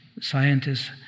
scientists